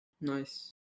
Nice